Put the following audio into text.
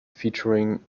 featuring